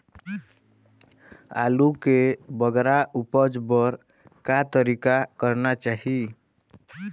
आलू के बगरा उपज बर का तरीका करना चाही?